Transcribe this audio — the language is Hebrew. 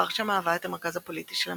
ורשה מהווה את המרכז הפוליטי של המדינה.